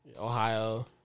Ohio